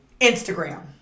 Instagram